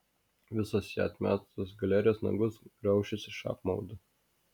visos ją atmetusios galerijos nagus graušis iš apmaudo